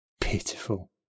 Pitiful